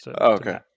okay